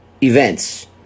events